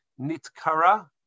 nitkara